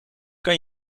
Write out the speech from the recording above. kan